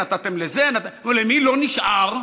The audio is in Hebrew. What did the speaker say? נתתם לזה, נתתם לזה, ולמי לא נשאר?